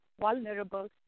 vulnerable